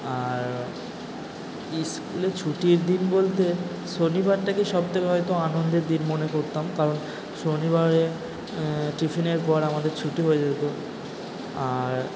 আর স্কুলে ছুটির দিন বলতে শনিবারটাকে সব থেকে হয়তো আনন্দের দিন মনে করতাম কারণ শনিবারে টিউশনের পর আমাদের ছুটি হয়ে যেতো আর